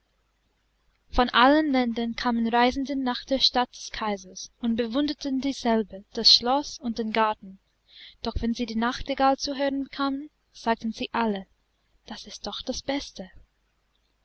von allen ländern kamen reisende nach der stadt des kaisers und bewunderten dieselbe das schloß und den garten doch wenn sie die nachtigall zu hören bekamen sagten sie alle das ist doch das beste